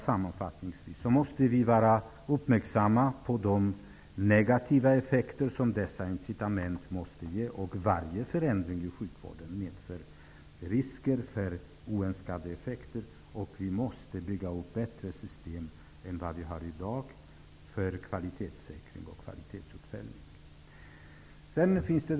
Sammanfattningsvis måste vi vara uppmärksamma på de negativa effekter som dessa incitament ger. Varje förändring i sjukvården medför risk för oönskade effekter. Vi måste alltså bygga upp bättre system för kvalitetssäkring och kvalitetsuppföljning än vi har i dag.